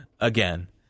again